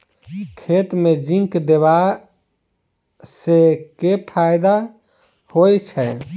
खेत मे जिंक देबा सँ केँ फायदा होइ छैय?